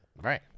Right